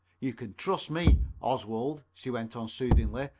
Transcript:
you can trust me, oswald, she went on soothingly.